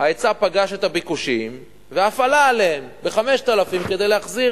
ההיצע פגש את הביקושים ואף עלה עליהם ב-5,000 כדי להחזיר